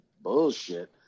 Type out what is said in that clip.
bullshit